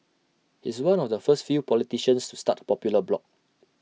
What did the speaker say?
he's one of the first few politicians to start A popular blog